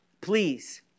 please